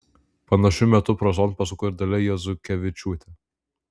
panašiu metu prozon pasuko ir dalia jazukevičiūtė